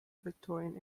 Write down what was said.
victorian